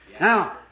Now